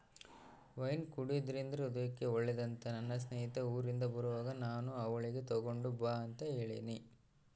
wine ಕುಡೆದ್ರಿಂದ ಹೃದಯಕ್ಕೆ ಒಳ್ಳೆದಂತ ನನ್ನ ಸ್ನೇಹಿತೆ ಊರಿಂದ ಬರುವಾಗ ನಾನು ಅವಳಿಗೆ ತಗೊಂಡು ಬಾ ಅಂತ ಹೇಳಿನಿ